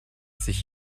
sich